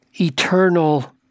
eternal